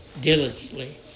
diligently